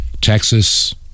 Texas